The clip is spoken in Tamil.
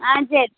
ஆ சரி